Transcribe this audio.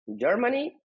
Germany